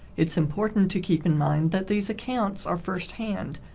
it's important to keep in mind that these accounts are first-hand.